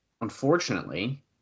unfortunately